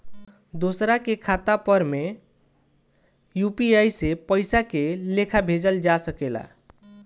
दोसरा के खाता पर में यू.पी.आई से पइसा के लेखाँ भेजल जा सके ला?